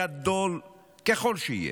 גדול ככל שיהיה,